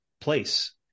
place